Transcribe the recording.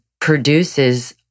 produces